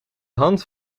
hand